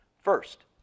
First